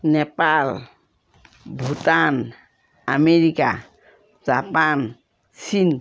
Nepal Bhutan America Japan চীন